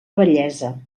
bellesa